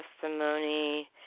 testimony